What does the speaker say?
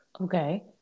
Okay